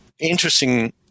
interesting